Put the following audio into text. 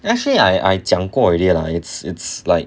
actually I I 讲过 already lah it's it's like